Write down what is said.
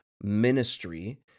ministry